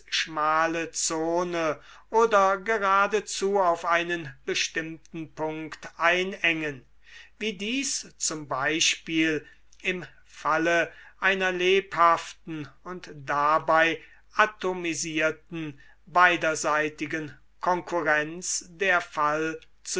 schmale zone oder geradezu auf einen bestimmten punkt einengen wie dies z b im falle einer lebhaften und dabei atomisierten beiderseitigen konkurrenz der fall